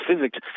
physics